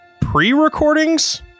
pre-recordings